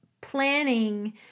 planning